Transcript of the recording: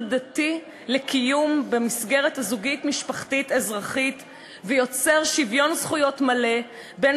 דתי לקיום במסגרת הזוגית-משפחתית-אזרחית ויוצר שוויון זכויות מלא בין